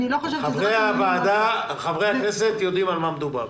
חברי הכנסת יודעים על מה מדובר.